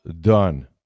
done